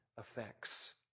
effects